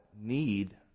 need